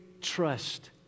trust